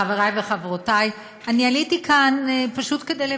חברי וחברותי, אני עליתי לכאן פשוט כדי לברך.